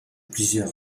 plusieurs